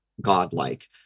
godlike